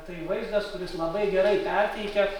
tai vaizdas kuris labai gerai perteikia